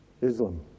Islam